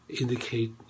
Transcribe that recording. indicate